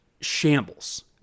shambles